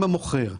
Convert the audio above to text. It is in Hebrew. אם המוכר,